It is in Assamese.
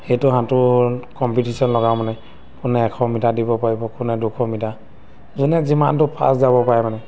সেইটো সাঁতোৰ কম্পিটিশ্যন লগাওঁ মানে কোনে এশ মিটাৰ দিব পাৰিব কোনে দুশ মিটাৰ যোনে যিমানটো ফাষ্ট যাব পাৰে মানে